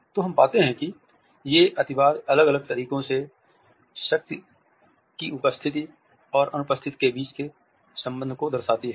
तो हम पाते हैं कि ये अतिवाद अलग अलग तरीकों से शक्ति उपस्थिति और अनुपस्थिति के बीच संबंध को दर्शाती हैं